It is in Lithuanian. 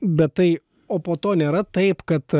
bet tai o po to nėra taip kad